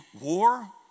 war